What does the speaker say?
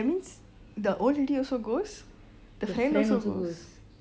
that means the old lady also ghost the friend also ghost